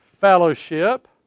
fellowship